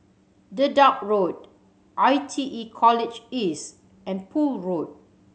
Dedap Road I T E College East and Poole Road